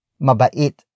mabait